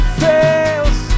fails